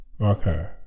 Okay